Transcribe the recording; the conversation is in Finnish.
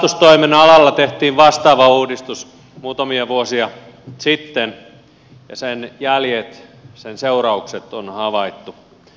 pelastustoimen alalla tehtiin vastaava uudistus muutamia vuosia sitten ja sen jäljet sen seuraukset on havaittu